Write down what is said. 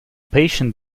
patient